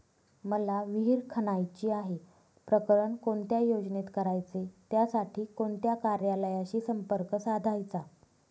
मला विहिर खणायची आहे, प्रकरण कोणत्या योजनेत करायचे त्यासाठी कोणत्या कार्यालयाशी संपर्क साधायचा?